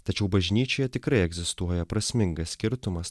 tačiau bažnyčioje tikrai egzistuoja prasmingas skirtumas